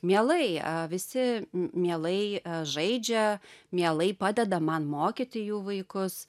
mielai visi mielai žaidžia mielai padeda man mokyti jų vaikus